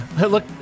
Look